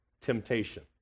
temptation